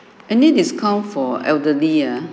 any discount for elderly ah